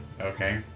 Okay